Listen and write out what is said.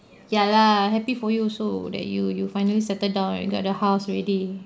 ya lah happy for you also that you you finally settle down and you got the house already